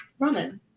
ramen